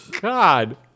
God